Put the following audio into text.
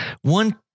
one